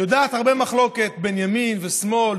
יודעת הרבה מחלוקת: בין ימין לשמאל,